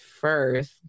first